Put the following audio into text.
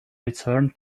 returned